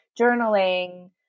journaling